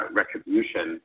retribution